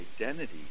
identity